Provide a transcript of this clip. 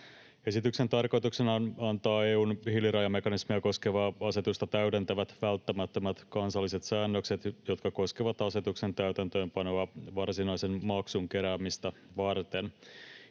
Esityksen tarkoituksena on antaa EU:n hiilirajamekanismia koskevaa asetusta täydentävät välttämättömät kansalliset säännökset, jotka koskevat asetuksen täytäntöönpanoa varsinaisen maksun keräämistä varten.